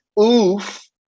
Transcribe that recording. oof